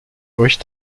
euch